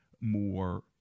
more